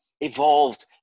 evolved